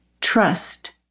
trust